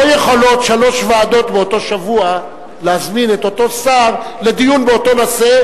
לא יכולות שלוש ועדות באותו שבוע להזמין את אותו שר לדיון באותו נושא,